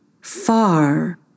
far